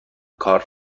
کار